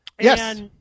Yes